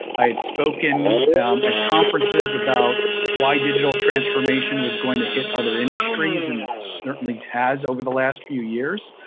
i had spoken at conferences about why digital transformation was going to hit other industries and it certainly has over the last few years.